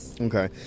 Okay